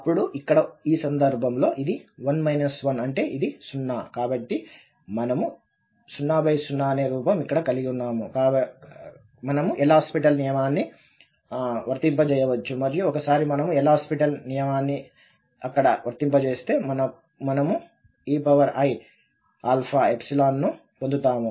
ఇప్పుడు ఇక్కడ ఈ సందర్భంలో ఇది 1 1 అంటే అది 0 కాబట్టి మనము 00 అనే రూపం ఇక్కడ కలిగి ఉన్నాము మనము L హాస్పిటల్ నియమాన్ని వర్తింపజేయవచ్చు మరియు ఒకసారి మనము L హాస్పిటల్ నియమాన్ని అక్కడ వర్తింపజేస్తే మనము eiαϵ ను పొందుతాము